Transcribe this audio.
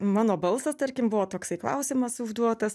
mano balsas tarkim buvo toksai klausimas užduotas